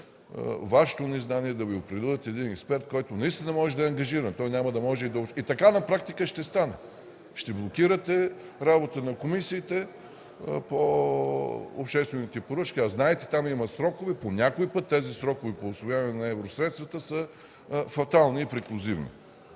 Вашето незнание да Ви определят един експерт, който наистина може да е ангажиран. Той няма да може и да отиде. На практика така ще стане – ще блокирате работата на комисиите по обществените поръчки, а знаете, че там има срокове. По някой път тези срокове – по усвояване на евросредствата, са фатални и преклузивни.